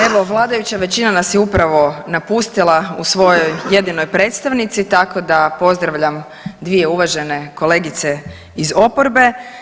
Evo vladajuća većina nas je upravo napustila u svojoj jedinoj predstavnici, tako da pozdravljam dvije uvažene kolegice iz oporbe.